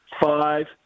five